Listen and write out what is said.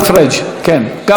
גם עיסאווי פריג'.